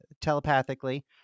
telepathically